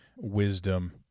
Wisdom